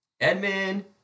Edmund